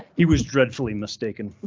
he was dreadfully mistaken.